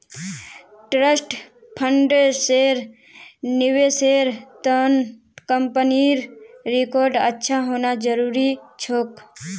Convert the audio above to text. trust फंड्सेर निवेशेर त न कंपनीर रिकॉर्ड अच्छा होना जरूरी छोक